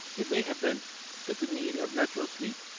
it may have been that the need of natural sleep,